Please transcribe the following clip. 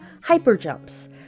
Hyperjumps